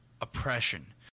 oppression